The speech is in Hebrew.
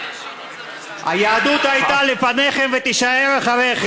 היהדות הייתה לפניכם ותישאר אחריכם.